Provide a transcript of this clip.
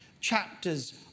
chapters